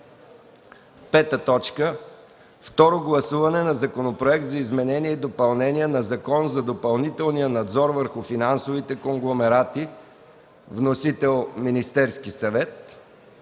Ангелов. 5. Второ гласуване на Законопроект за изменение и допълнение на Закона за допълнителния надзор върху финансовите конгломерати. Вносител – Министерският съвет.